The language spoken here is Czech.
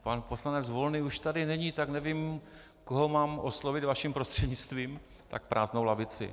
Pan poslanec Volný už tady není, tak nevím, koho mám oslovit vaším prostřednictvím, tak prázdnou lavici.